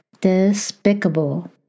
despicable